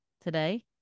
today